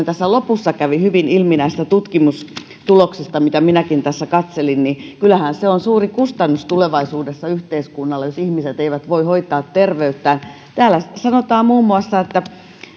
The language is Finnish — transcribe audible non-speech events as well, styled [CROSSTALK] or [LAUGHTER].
[UNINTELLIGIBLE] tässä lopussa kävi hyvin ilmi näistä tutkimustuloksista joita minäkin tässä katselin niin kyllähän se on suuri kustannus tulevaisuudessa yhteiskunnalle jos ihmiset eivät voi hoitaa terveyttään täällä sanotaan muun muassa että